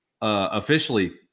officially